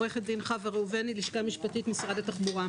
אני עו"ד חוה ראובני מן הלשכה המשפטית במשרד התחבורה.